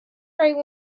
right